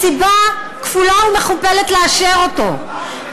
סיבה כפולה ומכופלת לאשר אותו.